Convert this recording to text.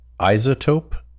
Isotope